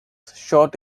shot